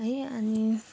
है अनि